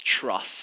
trust